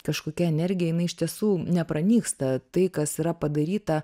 kažkokia energija jinai iš tiesų nepranyksta tai kas yra padaryta